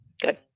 Good